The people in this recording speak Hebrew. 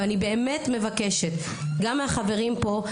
אני באמת מבקשת גם מהחברים פה,